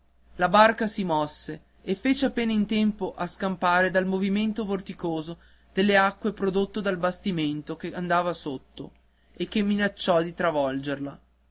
la barca si mosse e fece appena in tempo a scampare dal movimento vorticoso delle acque prodotto dal bastimento che andava sotto e che minacciò di travolgerla